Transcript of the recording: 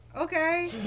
Okay